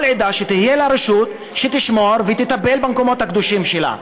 שלכל עדה תהיה רשות ושתשמור ותטפל במקומות הקדושים שלה.